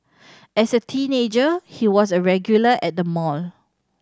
as a teenager he was a regular at the mall